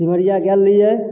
सिमरिया गेल रहिए